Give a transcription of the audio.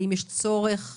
האם יש צורך באמת,